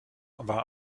war